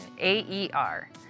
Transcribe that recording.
AER